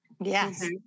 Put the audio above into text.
Yes